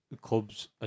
clubs